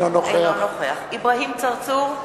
אינו נוכח אברהים צרצור,